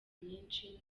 myinshi